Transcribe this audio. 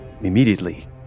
Immediately